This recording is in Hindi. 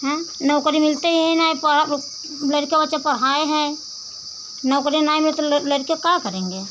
एँ नौकरी मिलती ही नहीं पढ़ाओ लड़का बच्चा पढ़ाए हैं नौकरी नहीं मिलती ल लड़का क्या करेंगे